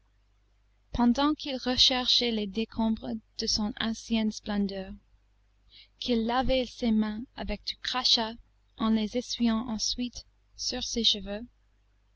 pendant qu'il recherchait les décombres de son ancienne splendeur qu'il lavait ses mains avec du crachat en les essuyant ensuite sur ses cheveux